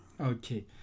Okay